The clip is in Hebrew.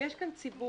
יש כאן ציבור,